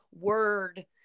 word